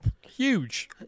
Huge